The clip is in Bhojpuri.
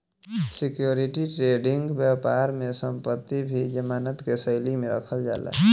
सिक्योरिटी ट्रेडिंग बैपार में संपत्ति भी जमानत के शैली में रखल जाला